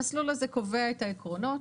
המסלול הזה קובע את העקרונות,